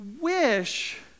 wish